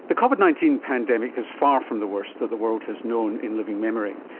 the covid nineteen pandemic is far from the worst that the world has known in living memory.